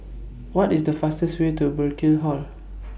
What IS The fastest Way to Burkill Hall